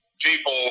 people